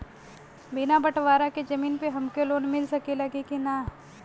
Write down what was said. बिना बटवारा के जमीन पर हमके लोन मिल सकेला की ना?